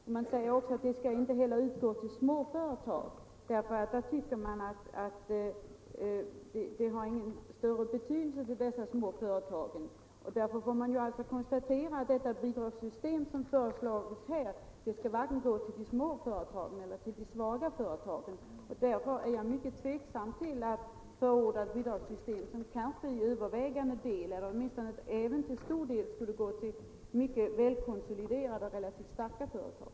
Vidare sägs där att bidrag inte skall utgå till små företag, därför att lånen dit inte har någon större betydelse. Jag konstaterar alltså att bidrag enligt det föreslagna systemet inte skall gå till vare sig små eller svaga företag. Därför är jag mycket tveksam till att förorda ett bidragssystem, som kanske till övervägande del — eller åtminstone till stor del — skall gå till mycket väl konsoliderade eller relativt starka företag.